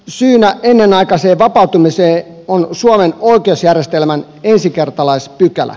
syynä ennenaikaiseen vapautumiseen on suomen oikeusjärjestelmän ensikertalaispykälä